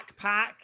backpack